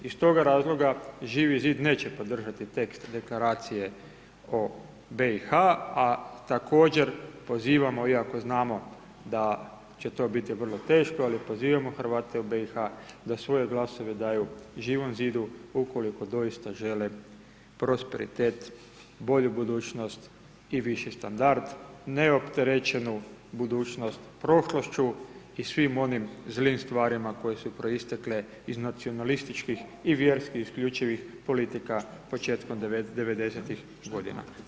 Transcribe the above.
Iz toga razloga, Živi zid neće podržati tekst deklaracije o BiH, a također pozivamo, iako znamo da će to biti vrlo teško, ali pozivamo Hrvate u BiH, da svoje glasove daju Živom zidu, ukoliko doista žele prosperitet, bolju budućnost i viši standard, neopterećenu budućnost prošlošću i svim onim zlim stvarima koje su proistekle iz nacionalističkih i vjerski isključivih politika početkom 90-tih godina.